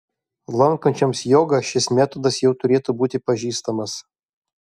lankančioms jogą šis metodas jau turėtų būti pažįstamas